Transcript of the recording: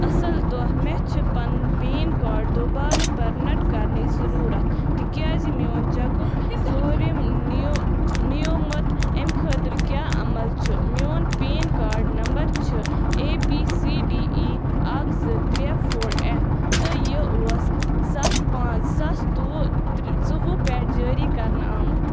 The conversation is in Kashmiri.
اَصٕل دۄہ مےٚ چھِ پنٕنۍ پین کارڈ دوبارٕ پرنٹ کرنٕچ ضروٗرت تِکیاز میون چَکُک ژُوٗرم نیوٗ نیوٗمُت اَمہِ خٲطرٕ کیٛاہ عمل چھِ میون پین کارڈ نمبر چھُ A B C D E اکھ زٕ ترے فور ایف تہٕ یہِ اوس سَتھ پانٛژھ زٕ ساس ترُوُہ ژوٚوُہ پٮ۪ٹھ جٲری کرنہٕ آمُت